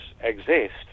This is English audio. exist